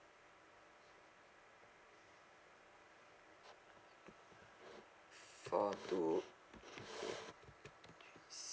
four two